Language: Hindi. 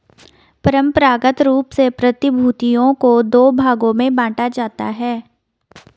परंपरागत रूप से प्रतिभूतियों को दो भागों में बांटा जाता है